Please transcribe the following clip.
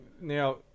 now